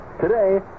Today